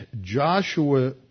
Joshua